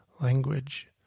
language